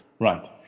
Right